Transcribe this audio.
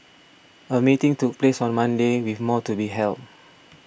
a meeting took place on Monday with more to be held